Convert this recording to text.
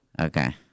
Okay